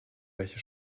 welche